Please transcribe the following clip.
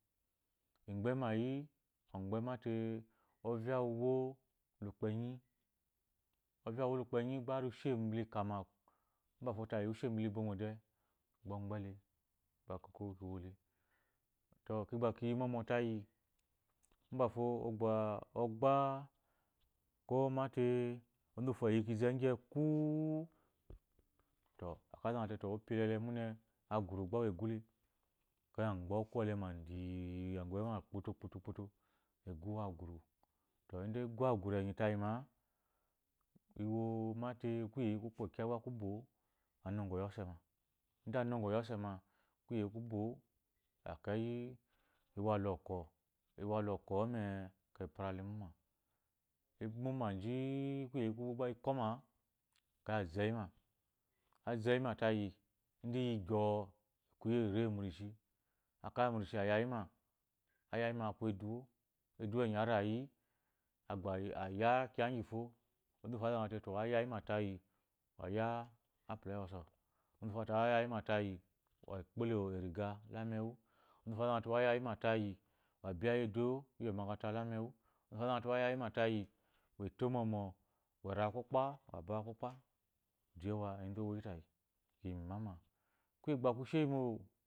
Igbema yi ogbe mate ovya uwma azeyi o inkpenyi ovya uwo lukpenyi gba ushe bula ikama mbafo tayi ushe bula ibomo de gba ogbele gba oko owo le to kigba kiyi mɔmɔ tayi mbafo ogba ogbako mate onzu uwufo iyi kize ngye eku-u to ikeyi azangha te opele le aguru gba wa gule agbewuma kpoto egu-u aguru ide egu aguru mate yima iwo mate kuye kugba kuya la gu anɔgɔyi ose ma ide anɔgɔgi ose ma kuye kwubo- ekeyi iwala ɔkɔ iyala ɔkɔ mere ekeyi ifara la imuma ji-i kuye ku bwo gba ikɔma ekeyi azeyi ma tayi igba iyi gyɔo e kuyi eri mu aya yi na ayayi ma aku eduwo eduwo enyi aya yi agba aya kiya igifo onzu nufo azate ayayi matayi aya yima tayi ekpolo eriga la eme u onzu wofo azate aya yimata yi a biya la eduwo iyi omakarata la emeu onzu iwfo azate aya yi matayi we to mɔmɔ wa ra la kokpa aba wa korpa dayawa onzu mbato oyi tayi kiyi mu imama kuye gba